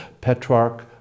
Petrarch